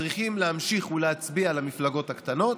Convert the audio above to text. צריכים להמשיך להצביע למפלגות הקטנות,